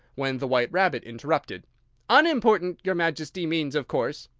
when the white rabbit interrupted un important, your majesty means, of course,